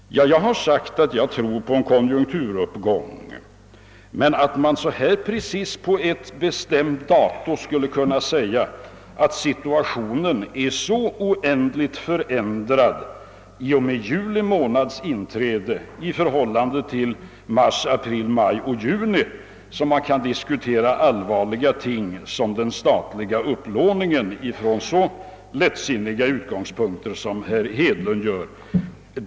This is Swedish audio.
Jag har sagt att jag tror på en konjunkturuppgång, men jag tror inte att situationen precis på ett bestämt datum blir så oändligt förändrad. Förändringen i och med juli månads inträde kan inte vara så markant i förhållande till mars, april, maj och juni, att man kan diskutera den statliga upplåningen från så lättsinniga utgångspunkter som herr Hedlund gör.